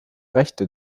rechte